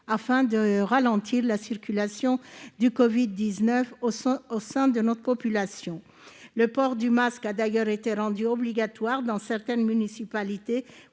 afin de ralentir la circulation du covid-19 au sein de notre population. Le port du masque a d'ailleurs été rendu obligatoire dans certaines municipalités